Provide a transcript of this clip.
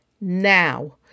now